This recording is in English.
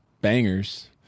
bangers